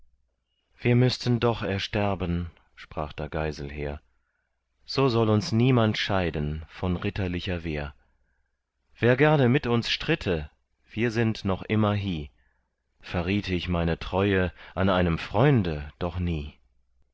wir müßten doch ersterben sprach da geiselher so soll uns niemand scheiden von ritterlicher wehr wer gerne mit uns stritte wir sind noch immer hie verriet ich meine treue an einem freunde doch nie